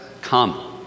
come